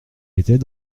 était